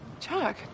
Chuck